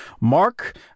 Mark